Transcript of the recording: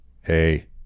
Hey